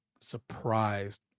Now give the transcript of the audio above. surprised